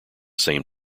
same